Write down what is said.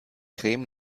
creme